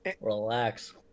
Relax